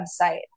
website